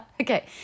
Okay